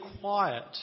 quiet